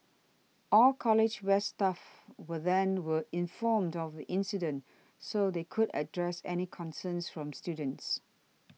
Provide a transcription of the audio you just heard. all College West staff were then were informed of the incident so they could address any concerns from students